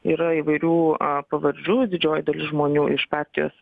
yra įvairių pavardžių didžioji dalis žmonių iš partijos